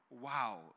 wow